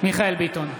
מיכאל מרדכי ביטון,